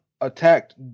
attacked